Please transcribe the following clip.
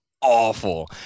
awful